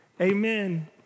Amen